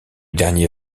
dernier